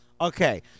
Okay